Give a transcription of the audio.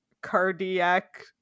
cardiac